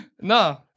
No